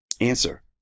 Answer